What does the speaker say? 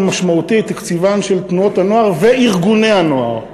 משמעותי את תקציבם של תנועות הנוער וארגוני הנוער.